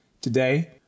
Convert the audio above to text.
Today